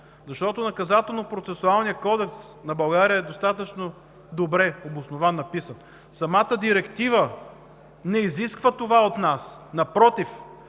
защото Наказателно-процесуалният кодекс на България е достатъчно добре обоснован и написан, самата директива не изисква това от нас. Напротив,